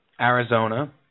Arizona